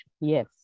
Yes